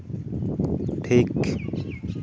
ᱴᱷᱤᱠ